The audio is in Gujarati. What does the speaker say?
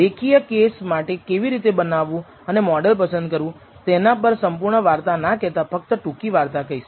રેખીય કેસ માટે કેવી રીતે બનાવવું અને મોડલ પસંદ કરવું તેના પર સંપૂર્ણ વાર્તા ના કહેતા ફક્ત ટૂંકી વાર્તા કહીશું